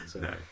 No